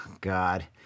god